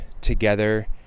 together